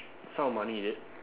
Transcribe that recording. sum of money is it